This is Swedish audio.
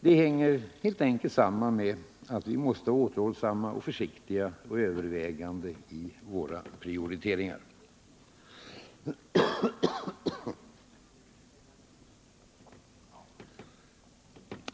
Det hänger helt enkelt samman med att vi måste vara återhållsamma och försiktiga och övervägande i våra prioriteringar.